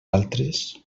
altres